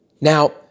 Now